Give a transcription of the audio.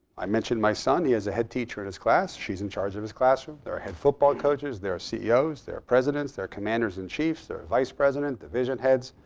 i mentioned my son. he has a head teacher in his class. she's in charge of his classroom. there are head football coaches, there are ceos, there are presidents, there are commanders and chiefs, there are vice president, division heads.